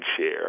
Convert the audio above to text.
share